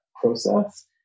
process